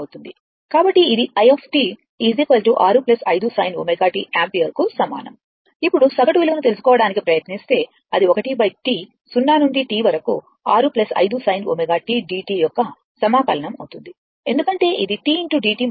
కాబట్టి ఇది i 6 5 sin t ampere కు సమానం ఇప్పుడు సగటు విలువను తెలుసుకోవడానికి ప్రయత్నిస్తే అది1 T 0 నుండి T వరకు 6 5 sin ω tdt యొక్క సమాకలనం అవుతుంది ఎందుకంటే ఇది t dt మరియు ω 2π T కు సమానం